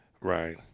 Right